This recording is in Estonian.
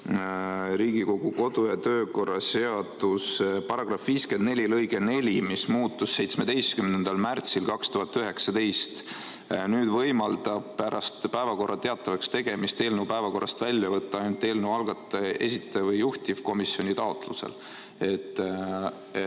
Riigikogu kodu- ja töökorra seaduse § 54 lõige 4, mis muutus 17. märtsil 2019. Nüüd saab päevakorra teatavaks tegemist eelnõu päevakorrast välja võtta ainult eelnõu algataja, eelnõu esitaja või juhtivkomisjoni taotlusel.